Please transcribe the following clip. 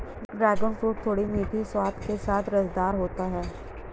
dragon fruit थोड़े मीठे स्वाद के साथ रसदार होता है